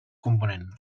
component